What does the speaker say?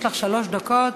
יש לך שלוש דקות.